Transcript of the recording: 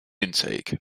intake